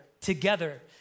together